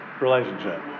relationship